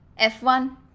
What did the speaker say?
f1